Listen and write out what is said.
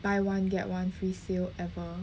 buy one get one free sale ever